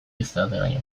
izateraino